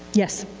yes.